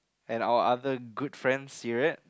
and our other good friend Syriete